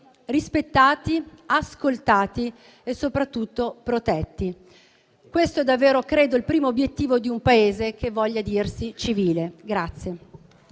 rispettati, ascoltati e soprattutto protetti. Questo è davvero, credo, il primo obiettivo di un Paese che voglia dirsi civile.